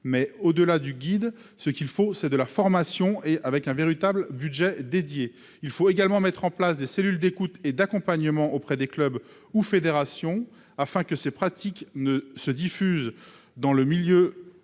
d'un tel document, ce qu'il faut, c'est de la formation et un véritable budget dédié. Il faut également créer des cellules d'écoute et d'accompagnement, auprès des clubs ou des fédérations, afin que ces pratiques se diffusent dans le milieu